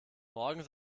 morgen